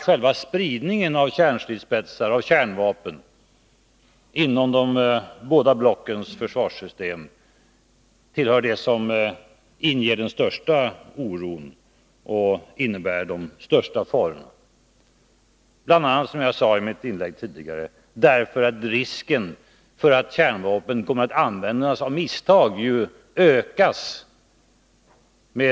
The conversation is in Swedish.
Själva spridningen av kärnstridsspetsar och kärnvapen inom de båda blockens försvarssystem tillhör det som inger den största oron och innebär den största faran, bl.a. för att kärnvapen kommer att användas av misstag.